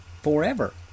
forever